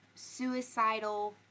suicidal